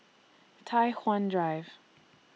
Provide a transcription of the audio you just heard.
Tai Hwan Drive